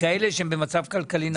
בכאלה שנמצאים במצב כלכלי נמוך.